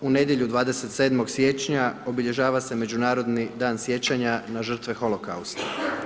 U nedjelju, 27. siječnja obilježava se Međunarodni dan sjećanja na žrtve holokausta.